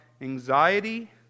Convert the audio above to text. anxiety